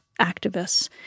activists